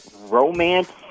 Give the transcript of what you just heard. romance